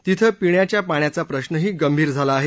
तिथं पिण्याच्या पाण्याचा प्रश्नही गंभीर झाला आहे